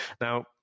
Now